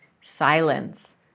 silence